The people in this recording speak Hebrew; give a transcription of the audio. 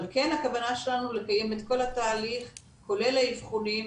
אבל כן הכוונה שלנו לקיים את כל התהליך כולל האבחונים,